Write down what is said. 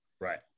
right